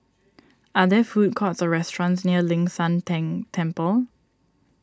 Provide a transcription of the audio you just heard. are there food courts or restaurants near Ling San Teng Temple